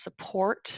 support